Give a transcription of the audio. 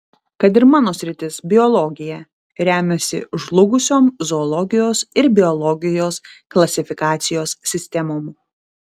kad ir mano sritis biologija remiasi žlugusiom zoologijos ir biologijos klasifikacijos sistemom